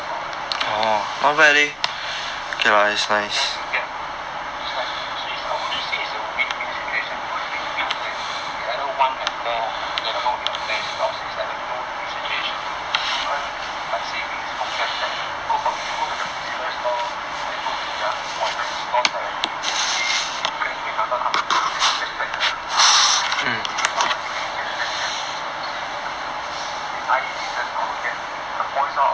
ya then you guys will get it's like sweets I wanted to say it's a win win situation cause win win is like it's either one have more the other one would have less but I'll say it's like a no win situation you earn like savings from cashback you go from you go to the physical store or you go to their online store directly 你不可能会拿到他们的那些 cashback 的对不对 then if you use ours you can get the cashback means you will be saving then I in return I will get the points lor